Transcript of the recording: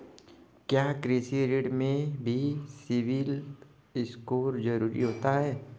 क्या कृषि ऋण में भी सिबिल स्कोर जरूरी होता है?